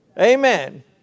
Amen